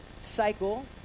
cycle